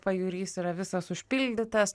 pajūrys yra visas užpildytas